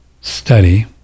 study